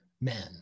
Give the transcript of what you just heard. men